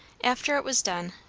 after it was done,